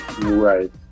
Right